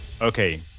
Okay